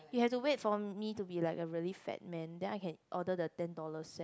you have to wait for me to be like a really fat man then I can order the ten dollar set